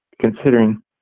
considering